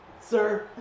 Sir